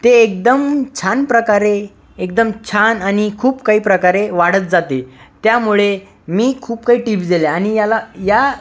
ते एकदम छान प्रकारे एकदम छान आणि खूप काही प्रकारे वाढत जाते त्यामुळे मी खूप काही टिप्स दिल्या आणि याला या